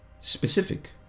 specific